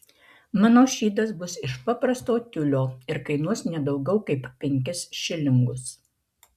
mano šydas bus iš paprasto tiulio ir kainuos ne daugiau kaip penkis šilingus